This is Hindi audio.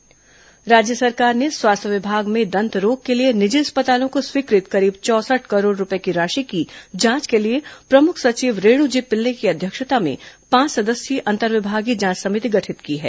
दंत अस्पताल आगजनी जांच राज्य सरकार ने स्वास्थ्य विभाग में दंत रोग के लिए निजी अस्पतालों को स्वीकृत करीब चौसठ करोड़ रूपए की राशि की जांच के लिए प्रमुख सचिव रेण् जी पिल्ले की अध्यक्षता में पांच सदस्यीय अंतर्विभागीय जांच समिति गठित की है